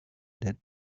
that